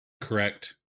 correct